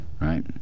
Right